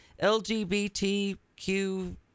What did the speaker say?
LGBTQ